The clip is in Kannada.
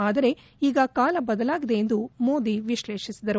ಆದರೆ ಈಗ ಕಾಲ ಬದಲಾಗಿದೆ ಎಂದು ಮೋದಿ ವಿಶ್ಲೇಷಿಸಿದರು